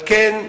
על כן,